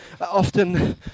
often